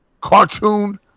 cartoon